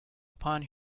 upon